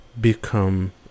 become